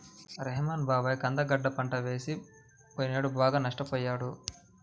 రెహ్మాన్ బాబాయి కంద గడ్డ పంట వేసి పొయ్యినేడు బాగా నష్టపొయ్యాడు